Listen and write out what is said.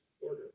order